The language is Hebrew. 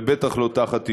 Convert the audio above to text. ובטח לא תחת איומים.